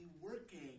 working